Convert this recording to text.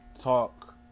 talk